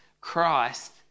Christ